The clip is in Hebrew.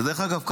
ודרך אגב,